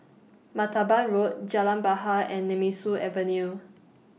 Martaban Road Jalan Bahar and Nemesu Avenue